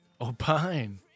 Opine